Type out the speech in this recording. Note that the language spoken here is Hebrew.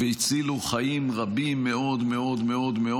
והצילו חיים רבים מאוד מאוד מאוד.